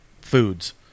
foods